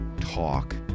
talk